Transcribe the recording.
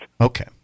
Okay